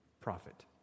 profit